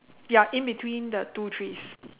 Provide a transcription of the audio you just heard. ya in between the two trees